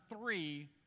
three